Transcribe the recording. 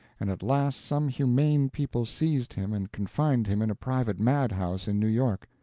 and at last some humane people seized him and confined him in a private mad-house in new york.